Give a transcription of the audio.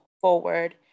forward